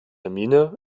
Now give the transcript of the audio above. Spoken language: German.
hermine